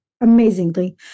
amazingly